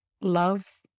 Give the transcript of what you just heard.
love